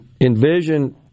envision